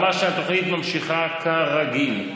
הוא אמר שהתוכנית ממשיכה כרגיל.